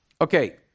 Okay